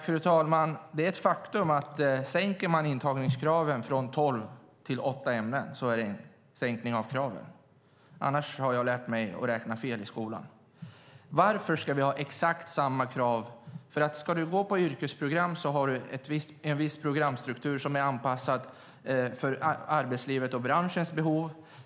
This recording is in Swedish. Fru talman! Faktum är att sänker man intagningskraven från tolv till åtta ämnen är det en sänkning av kraven - om inte har jag i skolan lärt mig att räkna fel. Varför ska det vara exakt samma krav? Ska du gå på ett yrkesprogram har du en viss programstruktur som är anpassad till arbetslivets och branschens behov.